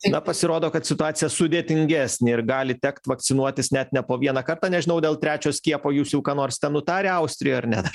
na pasirodo kad situacija sudėtingesnė ir gali tekt vakcinuoti net ne po vieną kartą nežinau dėl trečio skiepo jūs jau ką nors ten nutarę austrijoj ar ne dar